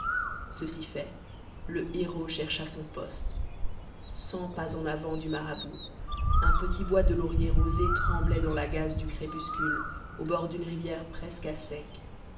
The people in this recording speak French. ceci fait le héros chercha son poste cent pas en avant du marabout un petit bois de lauriers rosés tremblait dans la gaze du crépuscule au bord d'une rivière presque à sec